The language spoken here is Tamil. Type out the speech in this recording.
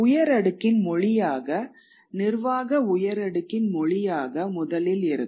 உயரடுக்கின் மொழியாக நிர்வாக உயரடுக்கின் மொழியாக முதலில் இருக்கும்